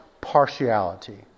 partiality